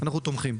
אנחנו תומכים.